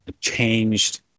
changed